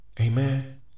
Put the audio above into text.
Amen